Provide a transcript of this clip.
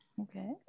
Okay